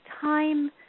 time